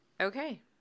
Okay